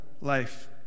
life